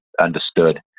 understood